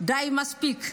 די, מספיק.